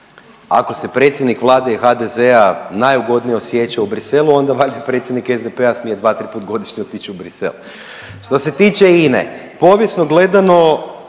Ako se predsjednik Vlade i HDZ-a najugodnije osjeća u Bruxellesu onda valjda predsjednik SDP-a smije dva, tri put godišnje otić u Bruxelles. Što se tiče INA-e povijesno gledano